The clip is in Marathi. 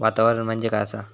वातावरण म्हणजे काय असा?